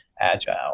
agile